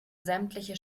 sämtliche